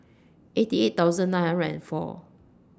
eighty eight thousand nine hundred and four